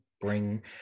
bring